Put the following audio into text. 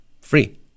free